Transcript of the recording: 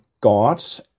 gods